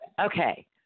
Okay